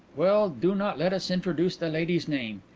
well, do not let us introduce the lady's name.